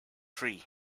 free